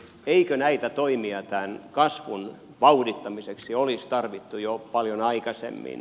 eikö näitä toimia kasvun vauhdittamiseksi olisi tarvittu jo paljon aikaisemmin